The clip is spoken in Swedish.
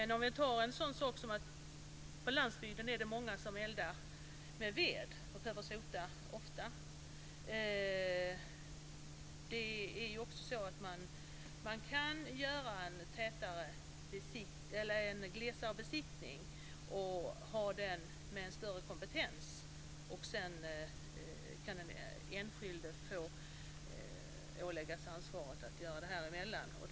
På landsbygden är det många som eldar med ved och som därför sotar ofta. Man kan ju göra en glesare besiktning, men med en högre kompetens, och sedan kan den enskilde åläggas ansvaret att göra det emellan dessa besiktningar.